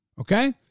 Okay